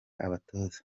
abatoza